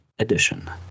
edition